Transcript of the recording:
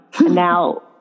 Now